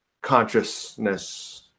consciousness